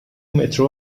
مترو